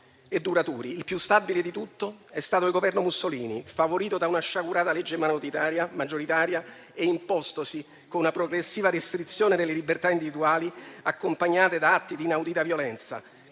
Il più stabile di tutti è stato il Governo Mussolini, favorito da una sciagurata legge maggioritaria e impostosi con una progressiva restrizione delle libertà individuali, accompagnate da atti di inaudita violenza